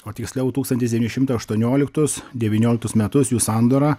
o tiksliau tūkstantis devyni šimtai aštuonioliktus devynioliktus metus jų sandorą